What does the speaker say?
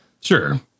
Sure